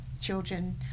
children